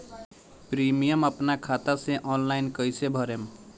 Premium अपना खाता से ऑनलाइन कईसे भरेम?